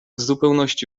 zupełności